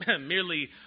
merely